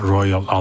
Royal